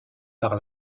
par